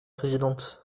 présidente